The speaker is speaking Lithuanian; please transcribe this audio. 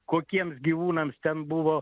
kokiems gyvūnams ten buvo